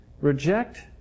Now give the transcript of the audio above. Reject